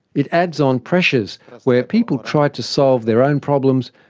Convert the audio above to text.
it adds on pressures where people try to solve their own problems,